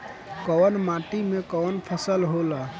कवन माटी में कवन फसल हो ला?